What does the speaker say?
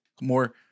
more